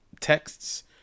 texts